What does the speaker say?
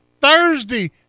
Thursday